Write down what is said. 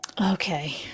Okay